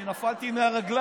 אני נפלתי מהרגליים.